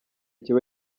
kiba